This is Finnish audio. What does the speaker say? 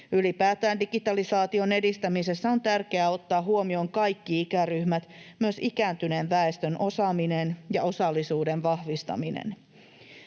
Ylipäätään digitalisaation edistämisessä on tärkeää ottaa huomioon kaikki ikäryhmät, myös ikääntyneen väestön osaaminen ja osallisuuden vahvistaminen.